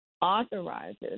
authorizes